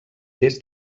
des